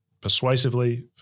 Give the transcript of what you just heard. persuasively